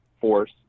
force